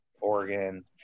Oregon